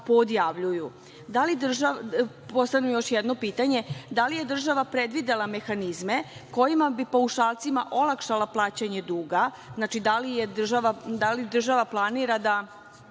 poodjavljuju. Postavljam još jedno pitanje – da li je država predvidela mehanizme kojima bi paušalcima olakšala plaćanje duga? Znači, da li država planira da